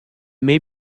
may